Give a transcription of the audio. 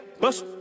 bust